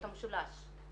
את המשולש,